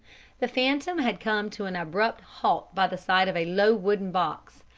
the phantom had come to an abrupt halt by the side of a low wooden box,